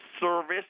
service